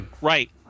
Right